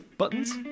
buttons